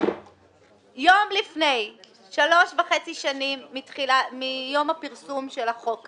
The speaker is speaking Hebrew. שיום לפני שלוש שנים וחצי מיום הפרסום של החוק הזה,